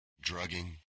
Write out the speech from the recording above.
drugging